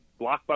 blockbuster